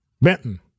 Benton